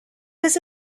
does